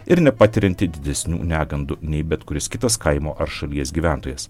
ir nepatiriantį didesnių negandų nei bet kuris kitas kaimo ar šalies gyventojas